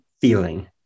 feeling